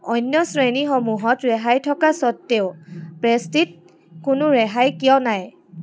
অন্য শ্ৰেণীসমূহত ৰেহাই থকা স্বত্তেও পেষ্ট্ৰিত কোনো ৰেহাই কিয় নাই